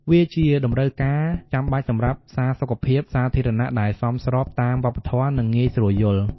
វាជាតម្រូវការចាំបាច់សម្រាប់សារសុខភាពសាធារណៈដែលសមស្របតាមវប្បធម៌ និងងាយស្រួលយល់។